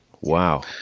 Wow